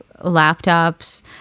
laptops